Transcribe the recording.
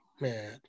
man